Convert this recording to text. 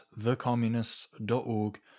thecommunists.org